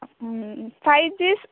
ആ മ് five G